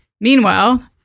Meanwhile